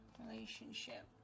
relationship